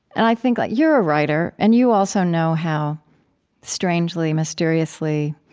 and i think you're a writer, and you also know how strangely, mysteriously,